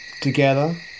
Together